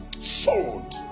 sold